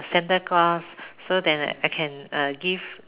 Santa-Claus so then I can uh give